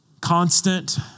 constant